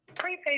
Prepaid